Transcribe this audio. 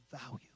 value